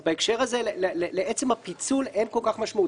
אז בהקשר הזה לפיצול אין משמעות.